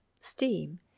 Steam